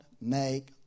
make